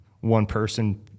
one-person